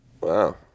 Wow